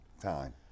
time